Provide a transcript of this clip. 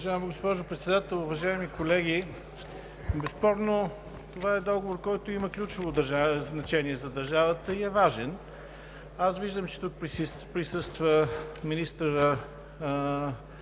Уважаема госпожо Председател, уважаеми колеги! Безспорно, това е договор, който има ключово значение за държавата и е важен. Виждам, че тук присъства министърът